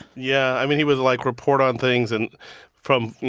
yeah. i mean, he would, like, report on things and from, you